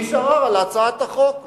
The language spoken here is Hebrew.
הגיש ערר על הצעת החוק,